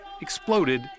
exploded